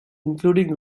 including